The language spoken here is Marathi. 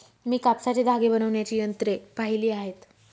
मी कापसाचे धागे बनवण्याची यंत्रे पाहिली आहेत